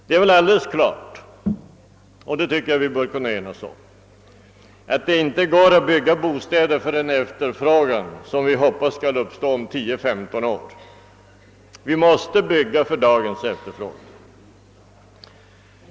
Det är alldeles klart — jag tycker vi bör kunna enas om den saken — att det inte går att bygga bostäder för en efterfrågan som vi hoppas skall uppstå om tio—femton år, utan vi måste bygga för dagens efterfrågan.